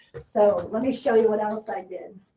so let me show you what else i did.